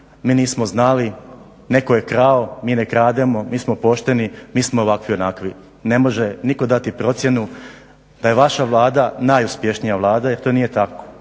mi nismo znali, netko je krao, mi ne krademo, mi smo pošteni, mi smo ovakvi, onakvi. Ne može nitko dati procjenu da je vaša Vlada najuspješnija Vlada jer to nije tako.